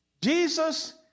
Jesus